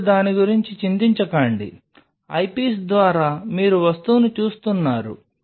ఇప్పుడు దాని గురించి చింతించకండి ఐపీస్ ద్వారా మీరు వస్తువును చూస్తున్నారు